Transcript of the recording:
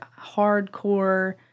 hardcore